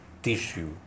tissue